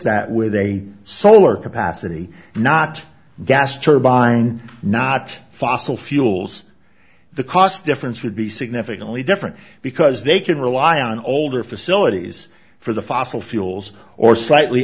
that with a solar capacity not gas turbine not fossil fuels the cost difference would be significantly different because they can rely on older facilities for the fossil fuels or slightly